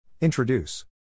Introduce